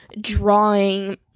drawing